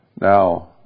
Now